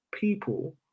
people